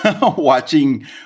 Watching